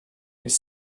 ils